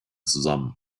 zusammen